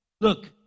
Look